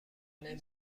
نمی